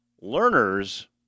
Learners